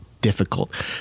difficult